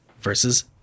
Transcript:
versus